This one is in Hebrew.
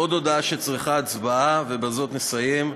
עוד הודעה שצריכה הצבעה, ובזאת נסיים.